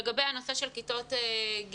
לגבי הנושא של כיתות ג'-ד',